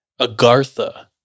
Agartha